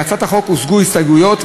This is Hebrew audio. להצעת החוק הוגשו הסתייגויות,